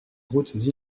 routes